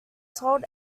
told